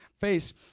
face